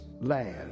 land